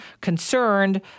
concerned